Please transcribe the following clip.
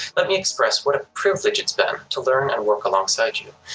let me express what a privilege it's been to learn and work alongside you.